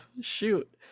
shoot